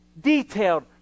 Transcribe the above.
detailed